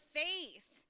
faith